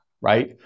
right